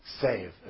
save